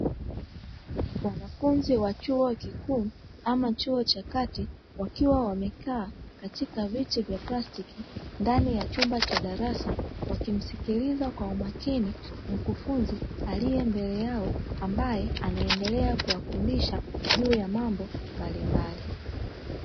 Wanafunzi wa chuo kikuu ama chuo cha kati wakiwa wamekaa katika viti vya plastiki ndani ya chumba cha darasa, wakimsikiliza kwa umakini mkufunzi aliye mbele yao ambaye anaendelea kuwafundisha juu ya mambo mbalimbali.